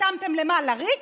חתמתם למה, לריק?